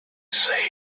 seemed